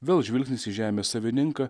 vėl žvilgsnis į žemės savininką